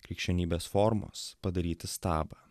krikščionybės formos padaryti stabą